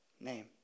name